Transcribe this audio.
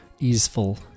easeful